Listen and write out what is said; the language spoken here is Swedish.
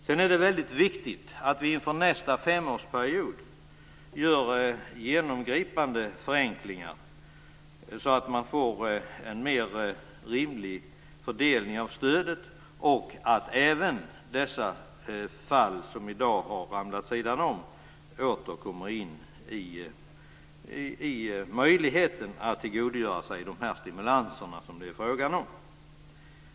Sedan är det väldigt viktigt att vi inför nästa femårsperiod gör genomgripande förenklingar så att man får en mer rimlig fördelning av stödet och att även dessa fall som i dag har ramlat vid sidan av åter kommer och får möjlighet att tillgodogöra sig de stimulanser som det är fråga om.